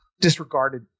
disregarded